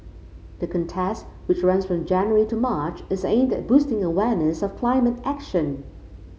the contest which runs from January to March is aimed at boosting awareness of climate action